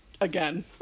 again